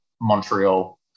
Montreal